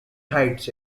hides